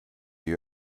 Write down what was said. you